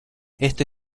este